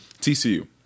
TCU